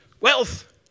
Wealth